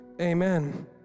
Amen